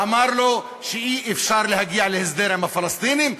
הוא אמר לו שאי-אפשר להגיע להסדר עם הפלסטינים,